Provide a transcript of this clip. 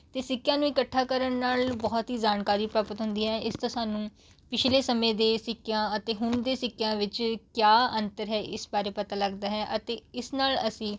ਅਤੇ ਸਿੱਕਿਆਂ ਨੂੰ ਇਕੱਠਾ ਕਰਨ ਨਾਲ ਬਹੁਤ ਹੀ ਜਾਣਕਾਰੀ ਪ੍ਰਾਪਤ ਹੁੰਦੀ ਹੈ ਇਸ ਤੋਂ ਸਾਨੂੰ ਪਿਛਲੇ ਸਮੇਂ ਦੇ ਸਿੱਕਿਆਂ ਅਤੇ ਹੁਣ ਦੇ ਸਿੱਕਿਆਂ ਵਿੱਚ ਕਿਆ ਅੰਤਰ ਹੈ ਇਸ ਬਾਰੇ ਪਤਾ ਲੱਗਦਾ ਹੈ ਅਤੇ ਇਸ ਨਾਲ ਅਸੀਂ